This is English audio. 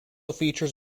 features